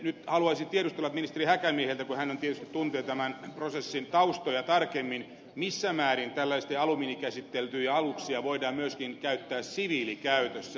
nyt haluaisin tiedustella ministeri häkämieheltä kun hän tietysti tuntee tämän prosessin taustoja tarkemmin missä määrin tällaisia alumiinikäsiteltyjä aluksia voidaan myöskin käyttää siviilikäytössä